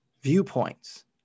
viewpoints